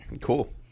cool